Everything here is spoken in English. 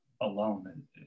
alone